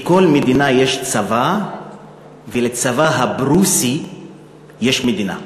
לכל מדינה יש צבא ולצבא הפרוסי יש מדינה.